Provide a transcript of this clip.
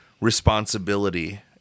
responsibility